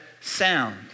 sound